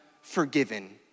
forgiven